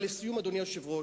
אבל לסיום, אדוני היושב-ראש,